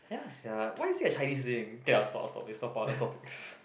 ya sia why is it a Chinese thing k lah stop i'll stop it let's talk about other topics